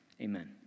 amen